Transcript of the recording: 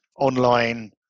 online